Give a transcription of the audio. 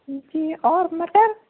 جی اور مٹر